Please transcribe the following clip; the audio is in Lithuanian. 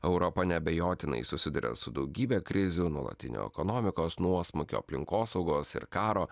europa neabejotinai susiduria su daugybe krizių nuolatinio ekonomikos nuosmukio aplinkosaugos ir karo